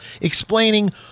explaining